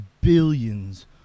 billions